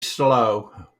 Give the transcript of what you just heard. slow